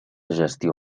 gestió